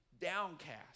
downcast